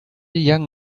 young